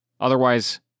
Otherwise